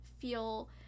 feel